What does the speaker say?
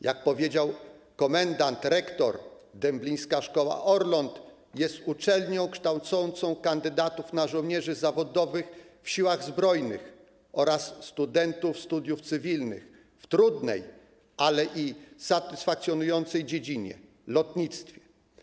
Jak powiedział komendant-rektor: „Dęblińska Szkoła Orląt jest uczelnią kształcącą kandydatów na żołnierzy zawodowych w Siłach Zbrojnych oraz studentów studiów cywilnych w trudnej, ale i satysfakcjonującej dziedzinie - lotnictwie.